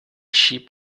sheep